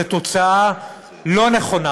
זה תוצאה לא נכונה,